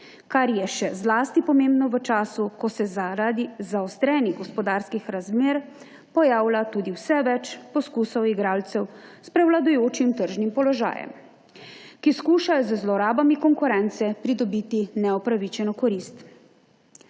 kar je še zlasti pomembno v času, ko se zaradi zaostrenih gospodarskih razmer pojavlja tudi vse več poizkusov igralcev s prevladujočim tržnim položajem, ki skušajo z zlorabami konkurence pridobiti neupravičeno korist.